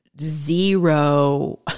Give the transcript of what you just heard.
zero